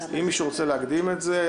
אם מישהו רוצה להקדים את זה,